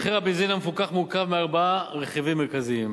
מחיר הבנזין המפוקח מורכב מארבעה רכיבים מרכזיים.